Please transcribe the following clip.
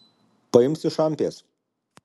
paimsi šampės